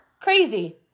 crazy